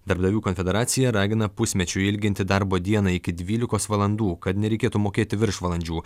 darbdavių konfederacija ragina pusmečiu ilginti darbo dieną iki dvylikos valandų kad nereikėtų mokėti viršvalandžių